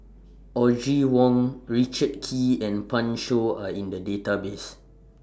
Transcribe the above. Audrey Wong Richard Kee and Pan Shou Are in The Database